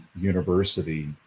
university